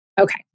Okay